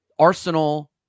Arsenal